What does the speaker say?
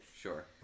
Sure